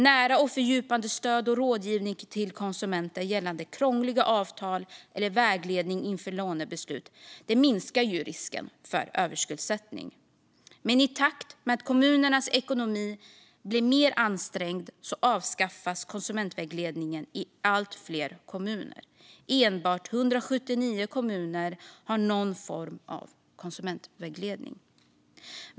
Nära och fördjupat stöd och fördjupad rådgivning till konsumenter gällande krångliga avtal eller vägledning inför lånebeslut minskar risken för överskuldsättning. Men i takt med att kommunernas ekonomi blir mer ansträngd avskaffas konsumentvägledningen i allt fler kommuner. Enbart 179 kommuner har någon form av konsumentvägledning.